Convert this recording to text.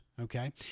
okay